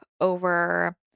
over